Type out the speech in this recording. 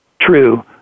true